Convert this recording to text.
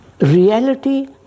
reality